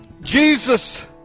Jesus